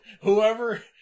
whoever